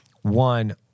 one